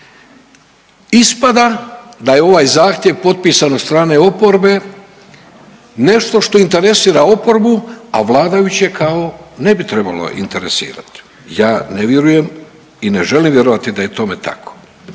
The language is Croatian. Ispada da je ovaj zahtjev potpisan od strane oporbe nešto što interesira oporbu, a vladajuće kao ne bi trebalo interesirati. Ja ne vjerujem i ne želim vjerovati da je tome tako.